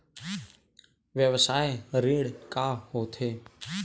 व्यवसाय ऋण का होथे?